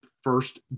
first